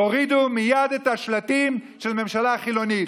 תורידו מייד את השלטים של ממשלה חילונית.